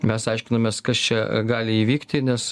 mes aiškinamės kas čia gali įvykti nes